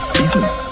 business